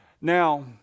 Now